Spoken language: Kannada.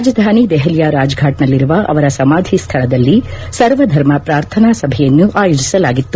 ರಾಜಧಾನಿ ದೆಹಲಿಯ ರಾಜಫಾಟ್ನಲ್ಲಿರುವ ಅವರ ಸಮಾಧಿ ಸ್ದಳದಲ್ಲಿ ಸರ್ವಧರ್ಮ ಪ್ರಾರ್ಥನಾ ಸಭೆಯನ್ನು ಆಯೋಜಿಸಲಾಗಿತ್ತು